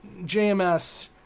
jms